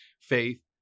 faith